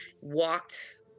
walked